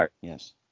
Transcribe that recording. Yes